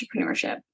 entrepreneurship